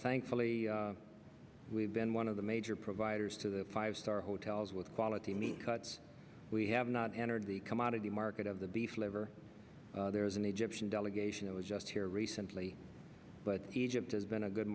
thankfully we've been one of the major providers to the five star hotels with quality meat but we have not entered the commodity market of the beef liver there was an egyptian delegation that was just here recently but egypt has been a good